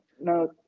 no